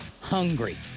hungry